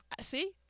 See